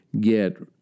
get